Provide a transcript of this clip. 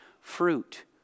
fruit